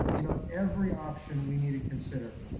you know, every option we need to consider.